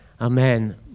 Amen